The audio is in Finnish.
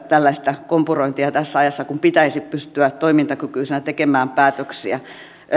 tällaista kompurointia tässä ajassa kun pitäisi pystyä toimintakykyisenä tekemään päätöksiä